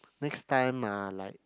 next time ah like ah